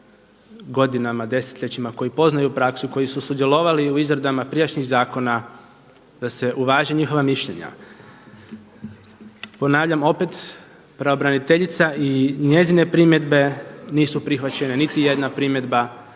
godinama, desetljećima koji poznaju praksu, koji su sudjelovali u izradama prijašnjih zakona, da se uvaže njihova mišljenja. Ponavljam opet, pravobraniteljica i njezine primjedbe nisu prihvaćene niti jedna primjedba.